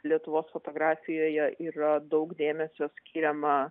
lietuvos fotografijoje yra daug dėmesio skiriama